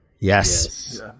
Yes